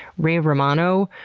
ray romano,